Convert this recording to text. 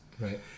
Right